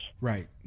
Right